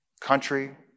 country